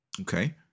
Okay